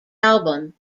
album